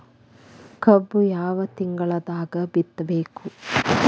ಕಬ್ಬು ಯಾವ ತಿಂಗಳದಾಗ ಬಿತ್ತಬೇಕು?